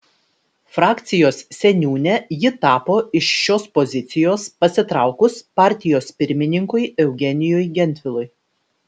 frakcijos seniūne ji tapo iš šios pozicijos pasitraukus partijos pirmininkui eugenijui gentvilui